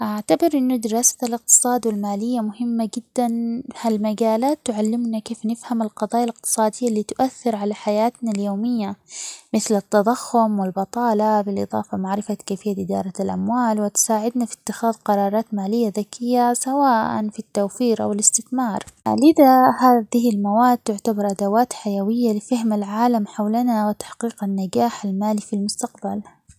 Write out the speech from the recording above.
أعتبر إنو دراسة الاقتصاد والمالية مهمة جداً، هالمجالات تعلمنا كيف نفهم القضايا الاقتصادية اللي تؤثر على حياتنا اليومية مثل التضخم والبطالة بالإضافة معرفة كيفية إدارة الأموال وتساعدنا في اتخاذ قرارات مالية ذكية سواءً في التوفير أو الاستثمار؛ لذا هذه المواد تعتبر أدوات حيوية لفهم العالم حولنا وتحقيق النجاح المالي في المستقبل.